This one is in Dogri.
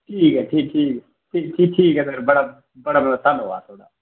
ठीक ऐ ठीक ऐ ठीक ठीक ठीक ठीक ऐ सर बड़ा बड़ा बड़ा धन्नबाद थुआढ़ा